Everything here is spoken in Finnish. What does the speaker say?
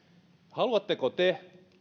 haluatteko te